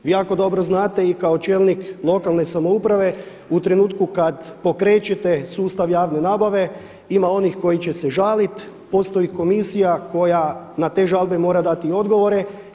Vi jako dobro znate i kao čelnik lokalne samouprave u trenutku kada pokrećete sustav javne nabave ima onih koji će se žaliti, postoji komisija na te žalbe mora dati odgovore.